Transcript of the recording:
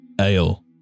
Ale